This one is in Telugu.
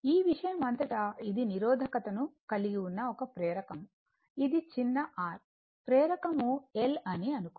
ఈ విషయం అంతటా ఇది నిరోధకత ను కలిగి ఉన్న ఒక ప్రేరకము ఇది చిన్న r ప్రేరకము L అని అనుకుందాం